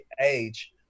age